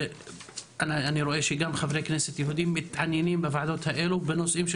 אני רואה שגם חברי כנסת יהודים מתעניינים בוועדות האלה בנושאים של